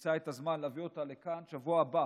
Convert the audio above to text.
שנמצא את הזמן להביא אותה לכאן בשבוע הבא